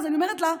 אז אני אומרת לה,